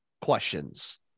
questions